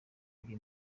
huye